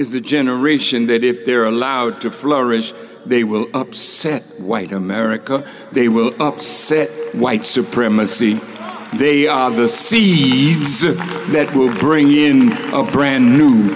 is the generation that if they're allowed to flourish they will upset white america they will upset white supremacy they are the seeds that will bring in a brand new